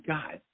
God